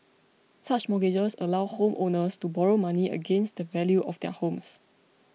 such mortgages allow homeowners to borrow money against the value of their homes